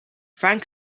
frank